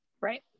Right